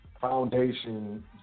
Foundation